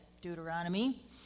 Deuteronomy